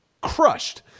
crushed